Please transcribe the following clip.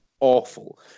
Awful